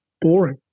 boring